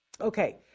Okay